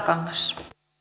puhemies